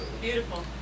beautiful